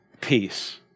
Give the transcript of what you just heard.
peace